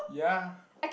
ya